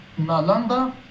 Nalanda